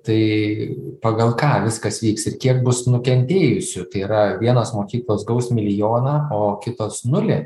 tai pagal ką viskas vyks ir kiek bus nukentėjusių tai yra vienos mokyklos gaus milijoną o kitos nulį